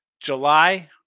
July